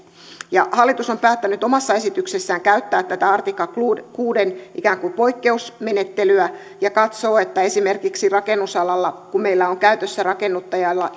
hallitus on päättänyt omassa esityksessään käyttää tätä artikla kuuden kuuden ikään kuin poikkeusmenettelyä ja katsoo että esimerkiksi rakennusalalla kun meillä on käytössä rakennuttajan